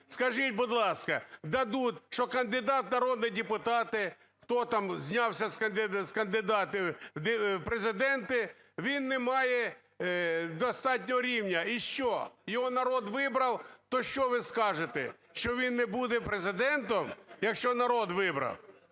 Скажіть, будь ласка, що кандидат в народні депутати, хто там знявся з кандидатів в Президенти, він не має рівня. І що? Його народ вибрав. То, що ви скажете, що він не буде Президентом, якщо народ вибрав?